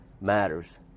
matters